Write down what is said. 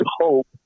hope